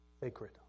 Sacred